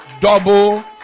Double